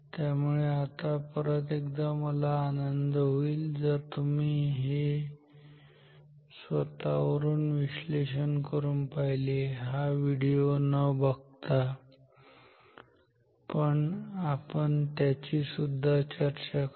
त्यामुळे आता परत एकदा मला आनंद होईल जर तुम्ही स्वतः वरून हे विश्लेषण करून पाहिले हा व्हिडीओ न बघता पण आपण त्याचीसुद्धा चर्चा करू